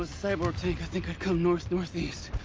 ah cyborg-tank, i think i'd come north, north-east.